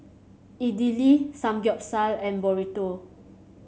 Idili Samgeyopsal and Burrito